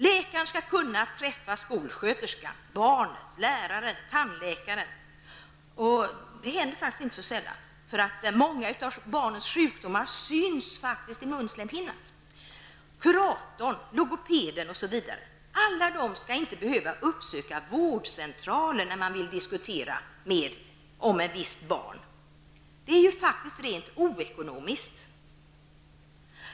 Läkaren skall kunna träffa skolsköterskan, barnet, läraren, kuratorn, logopeden och tandläkaren. Det händer faktiskt inte så sällan. Många av barnens sjukdomar syns i munslemhinnan. Alla dessa skall inte behöva uppsöka vårdcentralen när de vill diskutera om ett visst barn. Det är faktiskt rent oekonomiskt.